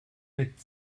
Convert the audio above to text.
mit